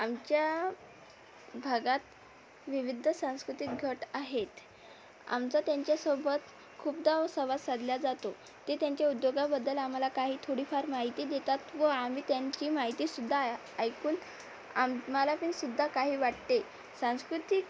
आमच्या भागात विविध सांस्कृतिक गट आहेत आमचा त्यांच्यासोबत खूपदा सहवास साधला जातो ते त्यांच्या उद्योगाबद्दल आम्हाला काही थोडीफार माहिती देतात व आम्ही त्यांची माहितीसुद्धा ए ऐकून आम्हाला पण सुद्धा काही वाटते सांस्कृतिक